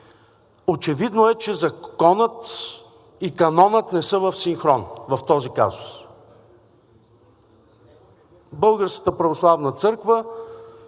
Очевидно е, че законът и канонът не са в синхрон в този казус. Българската православна църква